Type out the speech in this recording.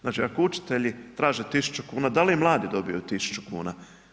Znači ako učitelji traže 1000 kuna, da li mladi dobiju 1000 kuna?